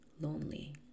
lonely